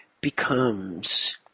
becomes